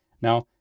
Now